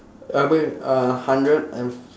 uh wait uh hundred and